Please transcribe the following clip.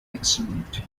accident